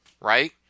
right